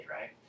right